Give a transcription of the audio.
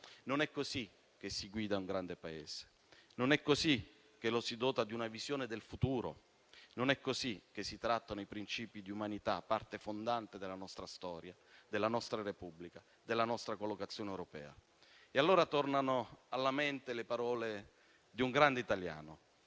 Non è così che si guida un grande Paese. Non è così che lo si dota di una visione del futuro. Non è così che si trattano i principi di umanità, parte fondante della nostra storia, della nostra Repubblica e della nostra collocazione europea. E allora tornano alla mente le parole di un grande italiano: